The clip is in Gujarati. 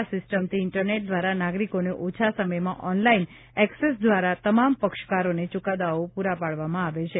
આ સિસ્ટમથી ઇન્ટરનેટ દ્વારા નાગરિકોને ઓછા સમયમાં ઓનલાઇન એક્સેસ દ્વારા તમામ પક્ષકારોને ચુકાદાઓ ્પ્રરા પાડવામાં આવે છે